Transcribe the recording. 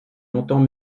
longtemps